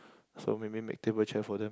so maybe make table chair for them